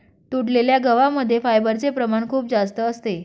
तुटलेल्या गव्हा मध्ये फायबरचे प्रमाण खूप जास्त असते